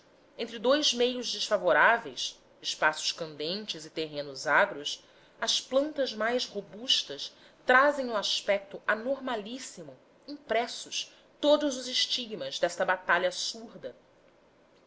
entre dous meios desfavoráveis espaços candentes e terrenos agros as plantas mais robustas trazem no aspecto anormalíssimo impressos todos os estigmas desta batalha surda